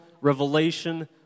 revelation